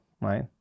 right